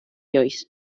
joyce